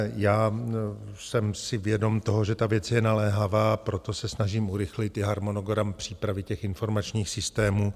Já jsem si vědom toho, že ta věc je naléhavá, proto se snažím urychlit harmonogram přípravy těch informačních systémů.